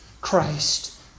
Christ